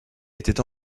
étaient